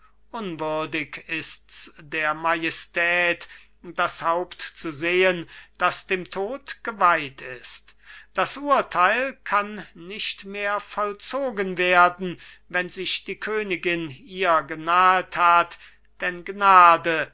unwürdig ist's der majestät das haupt zu sehen das dem tod geweiht ist das urteil kann nicht mehr vollzogen werden wenn sich die königin ihr genahet hat denn gnade